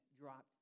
dropped